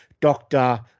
doctor